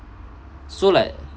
so like